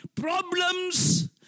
problems